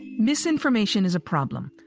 misinformation is a problem,